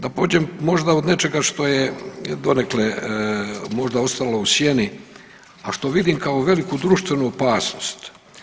Da pođem možda od nečega što je donekle možda ostalo u sjeni, a što vidim kao veliku društvenu opasnost.